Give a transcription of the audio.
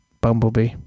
Bumblebee